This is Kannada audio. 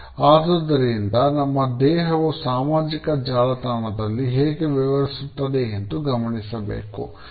ಆದುದರಿಂದ ನಮ್ಮ ದೇಹವು ಸಾಮಾಜಿಕ ಜಾಲತಾಣದಲ್ಲಿ ಹೇಗೆ ವ್ಯವಹರಿಸುತ್ತದೆ ಎಂದು ಗಮನಿಸಬೇಕು